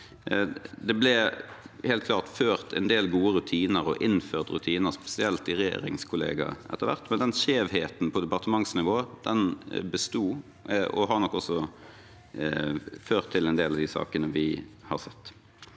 Det ble helt klart ført en del gode rutiner og innført rutiner, spesielt i regjeringskollegiet etter hvert, men den skjevheten på departementsnivå besto og har nok også ført til en del av de sakene vi har sett.